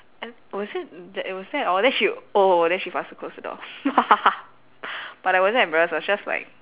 and was it that was that all then she oh then she faster closed the door but I wasn't embarrassed I was just like